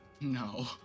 No